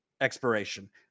expiration